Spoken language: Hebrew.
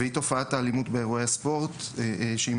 והיא תופעת האלימות באירועי הספורט שהיא